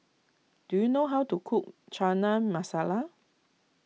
do you know how to cook Chana Masala